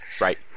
right